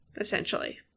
essentially